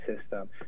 system